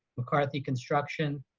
mccarthy construction,